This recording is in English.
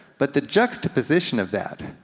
but the juxtaposition of that,